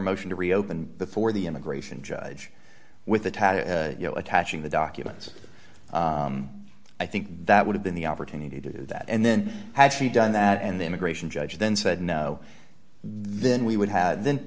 motion to reopen the for the immigration judge with the tag you know attaching the documents i think that would have been the opportunity to do that and then actually done that and the immigration judge then said no then we would have then